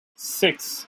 six